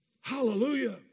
Hallelujah